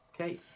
Okay